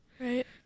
right